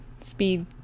speed